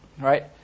right